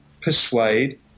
persuade